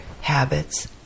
habits